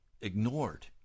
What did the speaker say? ignored